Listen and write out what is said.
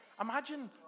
Imagine